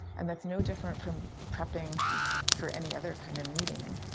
and that's no different from prepping for any other kind of meeting.